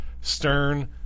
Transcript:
stern